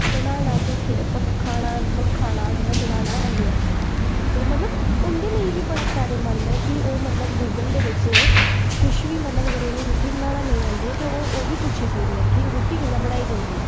बनाना ते खाना मतलब खाना आंदा बनाना ते ऐनी आंदा ते मतलब उं'दे लेई बी बड़ा फैदेमंद ऐ कि ओह् मतलब कि गूगल दे बिच कुछ बी मतलब अगर उ'नें गी रुट्टी बनाना नेईं आंदी ऐ ते ओह् ते ओह् बी पुच्छी सकदी ऐ कि रुट्टी कि'यां बनाई जंदी ऐ